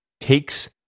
takes